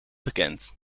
bekend